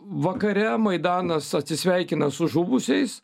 vakare maidanas atsisveikina su žuvusiais